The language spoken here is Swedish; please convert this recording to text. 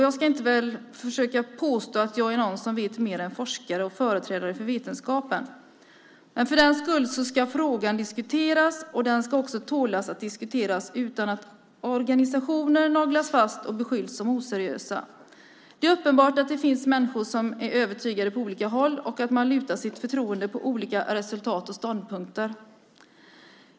Jag ska inte försöka påstå att jag är någon som vet mer än forskare och företrädare för vetenskapen. Men frågan ska diskuteras. Den ska också tåla att diskuteras utan att organisationer naglas fast och beskylls som oseriösa. Det är uppenbart att det finns människor som är övertygade på olika håll och att man lutar sitt förtroende mot olika resultat och ståndpunkter.